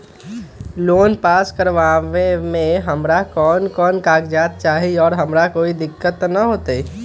Loan pass करवावे में हमरा कौन कौन कागजात चाही और हमरा कोई दिक्कत त ना होतई?